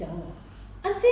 mm